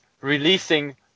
releasing